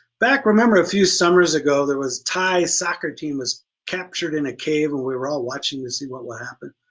back remember a few summers ago that was a thai soccer team was captured in a cave and we were all watching to see what would happen.